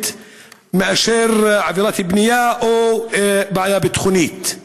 ולא עבירת בנייה או בעיה ביטחונית.